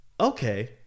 okay